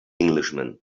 englishman